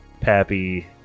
Pappy